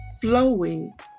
flowing